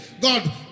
god